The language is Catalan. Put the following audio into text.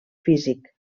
físic